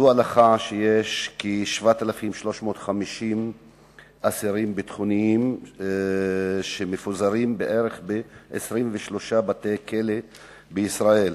ידוע לך שיש כ-7,350 אסירים ביטחוניים שמפוזרים ב-23 בתי-כלא בישראל,